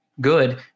good